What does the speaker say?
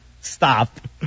Stop